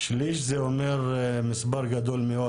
שליש זה אומר מספר גדול מאוד.